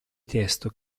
testo